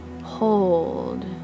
hold